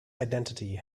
identity